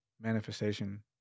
manifestation